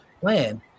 plan